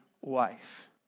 wife